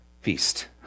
feast